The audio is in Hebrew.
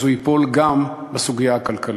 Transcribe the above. אז הוא ייפול גם בסוגיה הכלכלית.